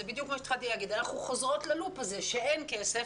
שאנחנו חוזרות ללופ הזה שאין כסף,